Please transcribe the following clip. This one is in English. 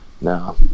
No